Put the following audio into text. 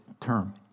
term